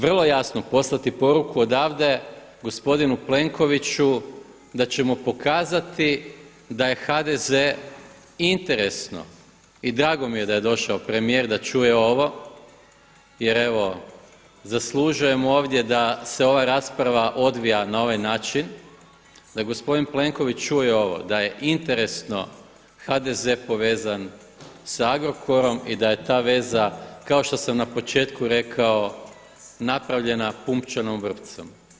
Vrlo jasno poslati poruku odavde gospodinu Plenkoviću da ćemo pokazati da je HDZ interesno i drago mi je da je došao premijer da čuje ovo jer evo zaslužujemo ovdje da se ova rasprava odvija na ovaj način, da gospodin Plenković čuje ovo da je interesno HDZ povezan sa Agrokorom i da je ta veza kao što sam na početku rekao napravljena pupčanom vrpcom.